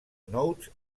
notes